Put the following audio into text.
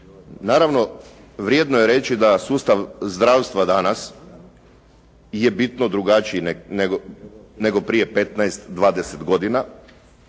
Naravno, vrijedno je reći da sustav zdravstva danas je bitno drugačiji nego prije 15, 20 godina,